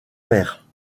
père